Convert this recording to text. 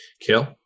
Kill